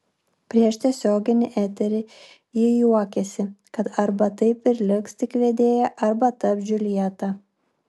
prieš tiesioginį eterį ji juokėsi kad arba taip ir liks tik vedėja arba taps džiuljeta